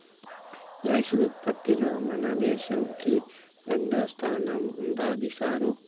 rice ఉత్పత్తిలో మన దేశంకి రెండోస్థానం ఉండాది సారూ